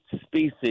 species